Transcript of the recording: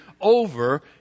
over